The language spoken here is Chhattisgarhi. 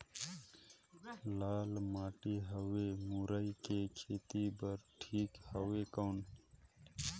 लाल माटी हवे मुरई के खेती बार ठीक हवे कौन?